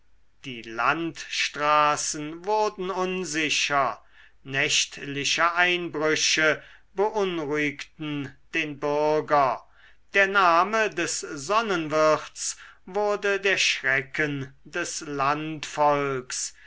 die landstraßen wurden unsicher nächtliche einbrüche beunruhigten den bürger der name des sonnenwirts wurde der schrecken des